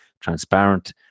transparent